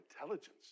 intelligence